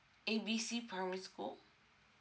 A B C primary school